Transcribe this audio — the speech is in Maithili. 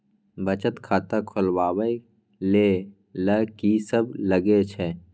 बचत खाता खोलवैबे ले ल की सब लगे छै?